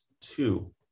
two